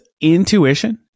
intuition